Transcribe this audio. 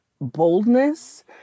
boldness